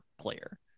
player